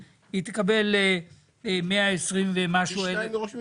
תקבל מאה עשרים ומשהו -- פי 2 מראש ממשלה.